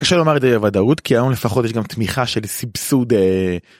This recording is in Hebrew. קשה לומר את זה בוודאות כי היום לפחות יש גם תמיכה של סבסוד.